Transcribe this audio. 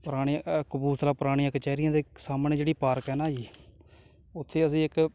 ਪੁਰਾਣੇ ਕਪੂਰਥਲਾ ਪੁਰਾਣੀਆਂ ਕਚਹਿਰੀਆਂ ਦੇ ਸਾਹਮਣੇ ਜਿਹੜੀ ਪਾਰਕ ਆ ਨਾ ਜੀ ਉੱਥੇ ਅਸੀਂ ਇੱਕ